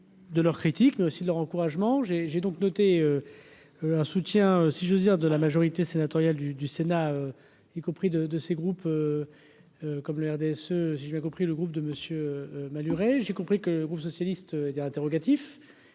de leurs critiques aussi leur encouragements j'ai j'ai donc noté un soutien si j'ose dire, de la majorité sénatoriale du du Sénat y compris de de ces groupes, comme le RDSE, si j'ai bien compris, le groupe de Monsieur Maluret, j'ai compris que le groupe socialiste interrogatif